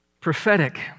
Prophetic